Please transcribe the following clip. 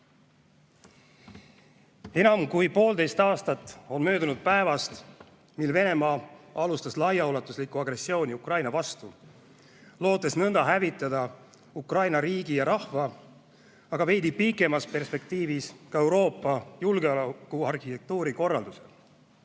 veab. Enam kui poolteist aastat on möödunud päevast, mil Venemaa alustas laiaulatuslikku agressiooni Ukraina vastu, lootes nõnda hävitada Ukraina riigi ja rahva, aga veidi pikemas perspektiivis ka Euroopa julgeolekuarhitektuuri korralduse.